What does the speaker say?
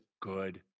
good